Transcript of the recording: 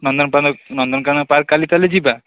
ନନ୍ଦନ Nandankanan park କାଲି ତା' ହେଲେ ଯିବା